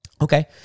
Okay